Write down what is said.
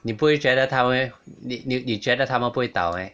你不会觉得他会你你你觉得他们不会倒 meh